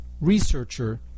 researcher